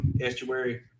Estuary